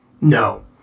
No